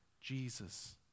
Jesus